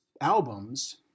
albums